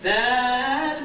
that